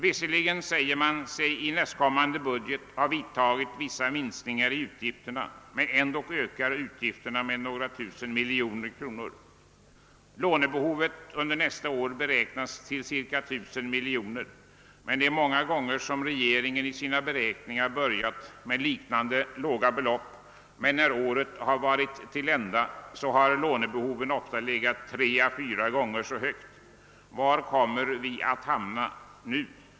Visserligen säger man att i nästkommande budget har vidtagits vissa minskningar i utgifterna, men ändå ökar utgifterna med några tusen miljoner kronor. Lånebehovet under nästa år beräknas till ca 1000 miljoner kronor, men regeringen har många gånger i sina beräkningar börjat med liknande låga belopp, och när året varit till ända har lånebehovet ofta legat tre å fyra gånger så högt. Var kommer vi att hamna nu?